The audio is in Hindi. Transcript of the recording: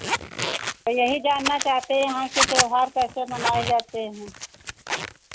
यही जानना चाहते हैं यहाँ के त्योहार कैसे मनाए जाते हैं